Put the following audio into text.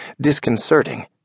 disconcerting